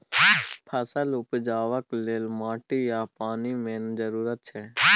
फसल उपजेबाक लेल माटि आ पानि मेन जरुरत छै